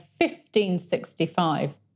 1565